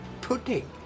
pudding